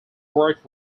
worked